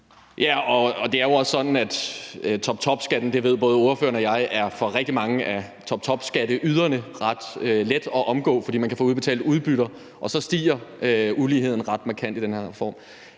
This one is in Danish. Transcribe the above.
Ja, og det er jo også sådan, at toptopskatten – det ved både ordføreren og jeg – for rigtig mange af toptopskatteyderne er ret let at omgå, fordi man kan få udbetalt udbytter, og så stiger uligheden ret markant i den her reform.